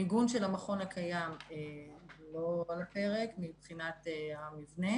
המיגון של המכון הקיים לא על הפרק מבחינת המבנה